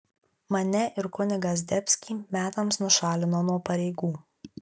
mane ir kunigą zdebskį metams nušalino nuo pareigų